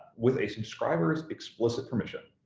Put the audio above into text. with a subscriber's explicit permission,